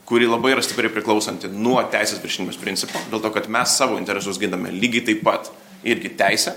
kuri labai yra stipriai priklausanti nuo teisės viršenybės principo dėl to kad mes savo interesus giname lygiai taip pat irgi teisę